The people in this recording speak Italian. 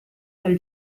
del